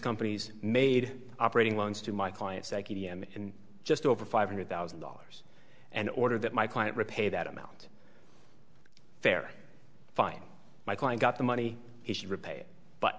company's made operating loans to my clients like e d m in just over five hundred thousand dollars and ordered that my client repay that amount fair fine my client got the money he should repay but